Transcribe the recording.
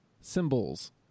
Symbols